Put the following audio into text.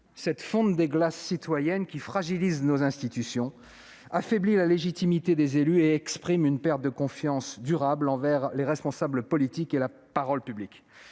cette fonte des glaces citoyennes qui fragilise nos institutions, affaiblit la légitimité des élus et exprime une perte de confiance durable envers les responsables politiques et la parole publique.